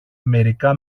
μερικά